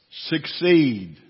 Succeed